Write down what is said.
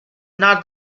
not